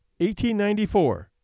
1894